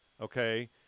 okay